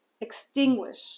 extinguish